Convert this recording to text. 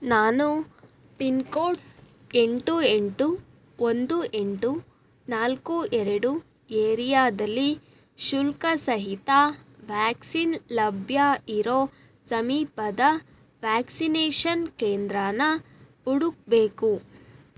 ನಾನು ಪಿನ್ಕೋಡ್ ಎಂಟು ಎಂಟು ಒಂದು ಎಂಟು ನಾಲ್ಕು ಎರಡು ಏರಿಯಾದಲ್ಲಿ ಶುಲ್ಕ ಸಹಿತ ವ್ಯಾಕ್ಸಿನ್ ಲಭ್ಯ ಇರೋ ಸಮೀಪದ ವ್ಯಾಕ್ಸಿನೇಷನ್ ಕೇಂದ್ರಾನ ಹುಡುಕಬೇಕು